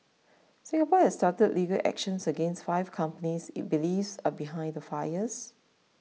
Singapore has started legal action against five companies it believes are behind the fires